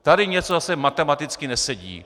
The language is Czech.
Tady něco zase matematicky nesedí.